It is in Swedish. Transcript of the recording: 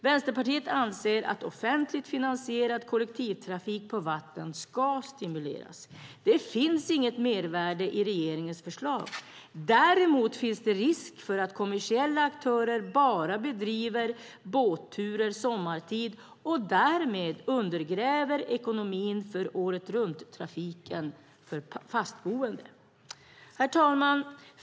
Vänsterpartiet anser att offentligt finansierad kollektivtrafik på vatten ska stimuleras. Det finns inget mervärde i regeringens förslag. Däremot finns det risk för att kommersiella aktörer bedriver båttrafik bara sommartid och därmed undergräver ekonomin för åretrunttrafiken för fastboende. Herr talman!